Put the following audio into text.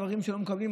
דברים שלא מקובלים.